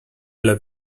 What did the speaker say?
love